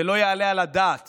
ולא יעלה על הדעת